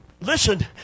listen